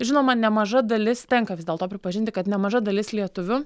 žinoma nemaža dalis tenka vis dėlto pripažinti kad nemaža dalis lietuvių